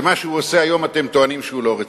ומה שהוא עושה היום אתם טוענים שהוא לא רציני.